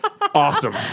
awesome